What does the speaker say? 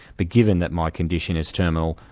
but given that my condition is terminal,